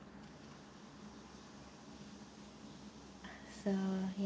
so ya